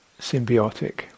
symbiotic